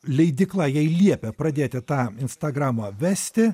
leidykla jai liepė pradėti tą instagramą vesti